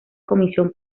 comisión